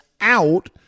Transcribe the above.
out